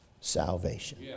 salvation